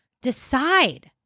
decide